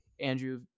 Andrew